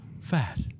Fat